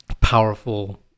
powerful